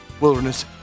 wilderness